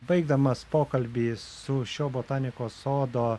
baigdamas pokalbį su šio botanikos sodo